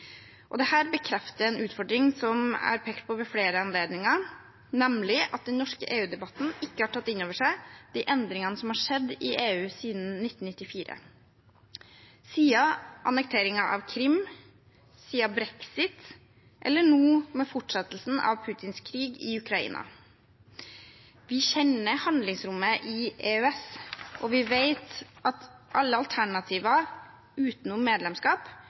bekrefter en utfordring som er pekt på ved flere anledninger, nemlig at den norske EU-debatten ikke har tatt inn over seg de endringene som har skjedd i EU siden 1994, siden annekteringen av Krim, siden brexit eller nå med fortsettelsen av Putins krig i Ukraina. Vi kjenner handlingsrommet i EØS, og vi vet at alle alternativer utenom medlemskap